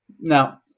now